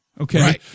okay